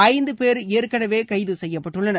ஐந்து பேர் ஏற்கனவே கைது செய்யப்பட்டுள்ளனர்